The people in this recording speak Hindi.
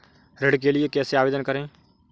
ऋण के लिए कैसे आवेदन करें?